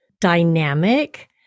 dynamic